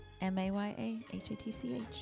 M-A-Y-A-H-A-T-C-H